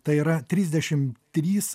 tai yra trisdešim trys